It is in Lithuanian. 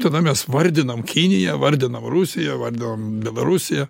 tada mes vardinam kiniją vardinam rusijos vardinam belarusiją